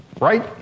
right